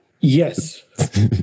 Yes